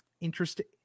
Interesting